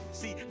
see